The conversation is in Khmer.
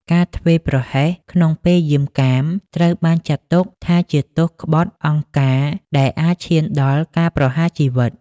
ការធ្វេសប្រហែសក្នុងពេលយាមកាម ត្រូវបានចាត់ទុកថាជាទោសក្បត់អង្គការដែលអាចឈានដល់ការប្រហារជីវិត។